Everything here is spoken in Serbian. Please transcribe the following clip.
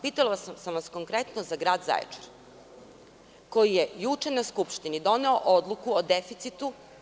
Konkretno sam vas pitala za grad Zaječar, koji je juče na Skupštini doneo odluku o deficitu.